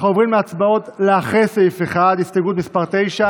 אנחנו עוברים להצבעות אחרי סעיף 1. הסתייגות מס' 9,